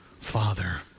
father